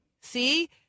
see